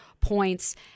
points